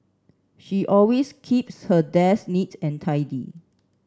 she always keeps her desk neat and tidy